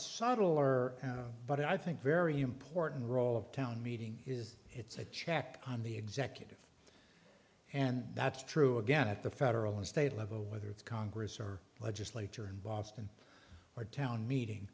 subtle or but i think very important role of town meeting is it's a check on the executive and that's true again at the federal and state level whether it's congress or legislature in boston or town meeting